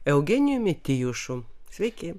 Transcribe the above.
eugenijumi tijušu sveiki